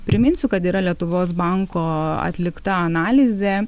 priminsiu kad yra lietuvos banko atlikta analizė